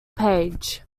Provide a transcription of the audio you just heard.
paige